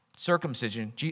Circumcision